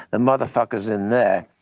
the motherfucker's in there.